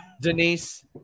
Denise